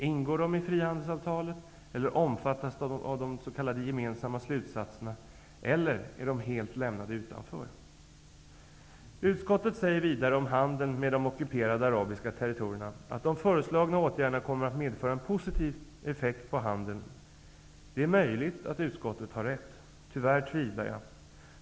Ingår dessa områden i frihandelsavtalet, eller omfattas de av de s.k. gemensamma slutsatserna, eller är de helt lämnade utanför? Utskottet säger vidare om handel med de ockuperade arabiska territorierna att de föreslagna åtgärderna kommer att medföra en positiv effekt på handeln. Det är möjligt att utskottet har rätt. Tyvärr tvivlar jag.